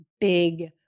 big